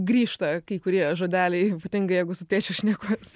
grįžta kai kurie žodeliai ypatingai jeigu su tėčiu šnekuos